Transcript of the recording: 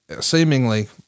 seemingly